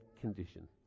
condition